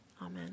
Amen